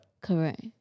Correct